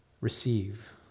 receive